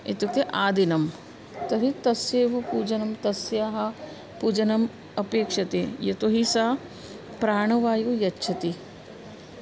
इत्युक्ते आदिनं तर्हि तस्यैव पूजनं तस्याः पूजनम् अपेक्ष्यते यतो हि सा प्राणवायुं यच्छति